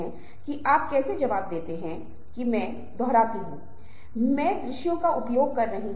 शरीर के दो आयाम हैं जब शरीर सक्रिय रूप से संचार करने के लिए होता है और जब आप इशारों का उपयोग कर रहे होते हैं